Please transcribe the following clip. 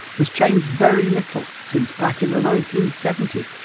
has changed very little since back in the nineteen seventy s,